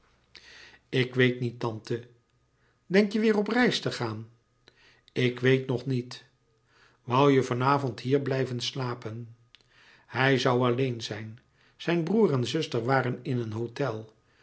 ik weet niet tante denk je weêr op reis te gaan ik weet nog niet woû je van avond hier blijven slapen hij zoû alleen zijn zijn broêr en zuster waren in een hôtel